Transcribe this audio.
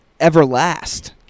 Everlast